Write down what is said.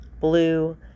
blue